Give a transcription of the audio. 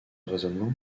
raisonnement